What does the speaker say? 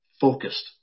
focused